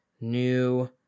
New